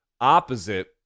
opposite